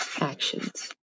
actions